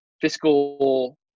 fiscal